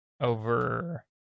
over